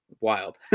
wild